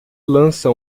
lança